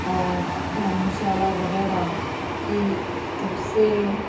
اور دھرم شالہ وغیرہ کی جب سے